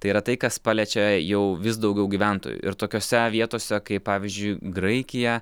tai yra tai kas paliečia jau vis daugiau gyventojų ir tokiose vietose kaip pavyzdžiui graikija